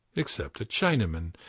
except a chinaman,